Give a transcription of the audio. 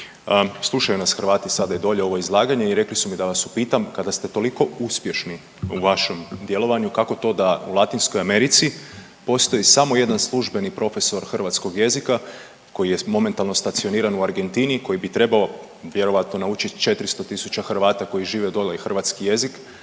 Slušaju nas Hrvati sada i dolje ovo izlaganje i rekli su mi da vas upitam kada ste toliko uspješni u vašem djelovanju kako to da u Latinskoj Americi postoji samo jedan službeni profesor hrvatskog jezika koji je momentalno stacioniran u Argentini i koji bi trebao vjerojatno naučit 400.000 Hrvata koji žive dole i hrvatski jezik.